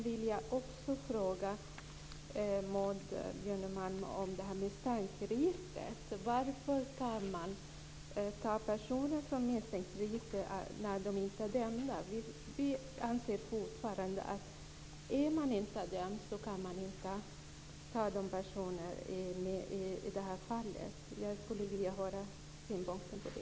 Vi anser fortfarande att man inte ska göra det om personen inte är dömd. Jag skulle vilja höra synpunkter på detta.